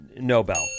Nobel